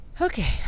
Okay